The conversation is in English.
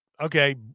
okay